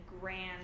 grand